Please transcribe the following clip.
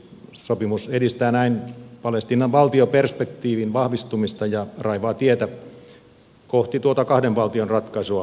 sopimus edistää näin palestiinan valtioperspektiivin vahvistumista ja raivaa tietä kohti tuota kahden valtion ratkaisua lähi idän konfliktiin